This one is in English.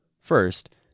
First